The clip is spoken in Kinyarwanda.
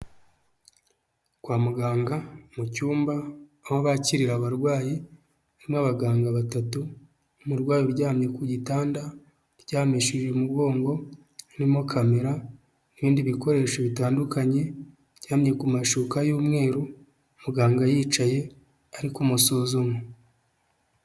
Kwa muganga mu cyumba aho bakirira abarwayi, harimo abaganga batatu, umurwayi uryamye ku gitanda uryamisheje umugongo, harimo kamera n'ibindi bikoresho bitandukanye, aryamye ku mashuka y'umweru muganga yicaye ari kumusuzuma.